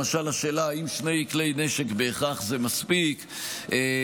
למשל השאלה אם שני כלי נשק זה מספיק בהכרח,